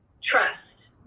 trust